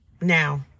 Now